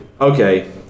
okay